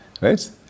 right